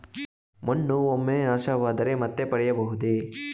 ಮಣ್ಣು ಒಮ್ಮೆ ನಾಶವಾದರೆ ಮತ್ತೆ ಪಡೆಯಬಹುದೇ?